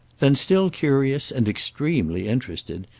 then, still curious and extremely interested,